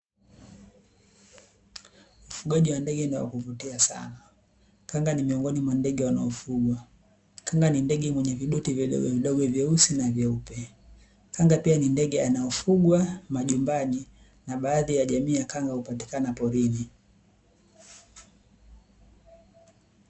Ufugaji wa ndege ni wa kuvutia sana. Kanga ni miongoni mwa ndege wanaofugwa, kanga ni ndege mwenye vidoti vidogovidogo vyeusi na vyeupe, kanga pia ni ndege wanaofugwa majumbani, na baadhi ya jamii ya kanga hupatikana porini.